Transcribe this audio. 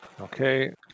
Okay